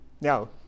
now